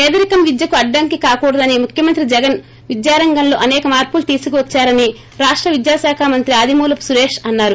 పేదరికం విద్యకు అడ్డంకి కాకుడదని ముఖ్యమంత్రి జగన్ విద్యారంగంలో అసేక మార్పులు తీసుకువద్చారని రాష్ట విద్యాశాఖ మంత్రి అదిమూలపు సురేష్ అన్నారు